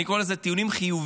אני קורא לזה טיעונים חיוביים,